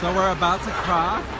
we're about to cross.